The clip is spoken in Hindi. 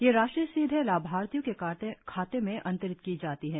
यह राशि सीधे लाभार्थियों के खाते में अंतरित की जाती है